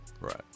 right